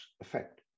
effect